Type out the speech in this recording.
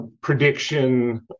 prediction